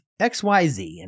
XYZ